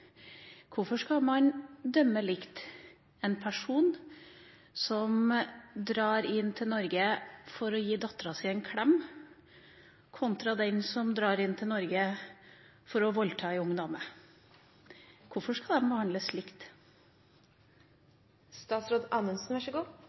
Hvorfor skal man dømme likt en person som drar inn til Norge for å gi datteren sin en klem kontra en som drar inn til Norge for å voldta en ung dame? Hvorfor skal de behandles